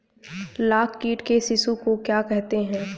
लाख कीट के शिशु को क्या कहते हैं?